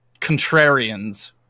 contrarians